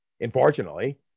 Unfortunately